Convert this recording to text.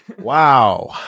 Wow